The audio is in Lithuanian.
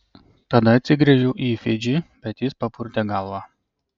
tada atsigręžiau į fidžį bet jis papurtė galvą